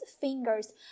fingers